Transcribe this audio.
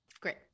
Great